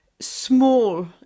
small